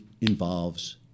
involves